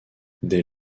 dès